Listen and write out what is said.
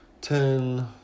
ten